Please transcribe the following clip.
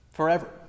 forever